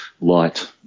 light